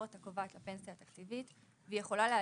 החשש של גמלאי צה"ל הוא שבגלל שהם לא מיוצגים